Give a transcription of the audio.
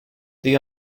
the